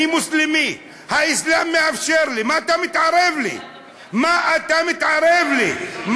אני מוסלמי, האסלאם מאפשר לי, מה אתה מתערב לי?